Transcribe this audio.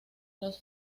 los